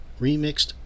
remixed